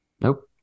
Nope